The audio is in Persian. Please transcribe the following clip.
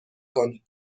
کنی